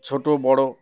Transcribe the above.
ছোটো বড়ো